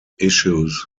issues